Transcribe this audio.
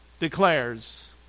declares